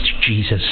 Jesus